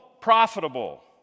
profitable